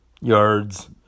yards